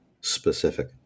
specific